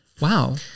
Wow